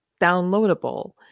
downloadable